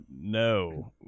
No